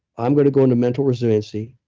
i'm going to go into mental resiliency.